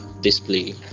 display